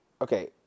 Okay